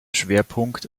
schwerpunkt